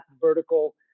vertical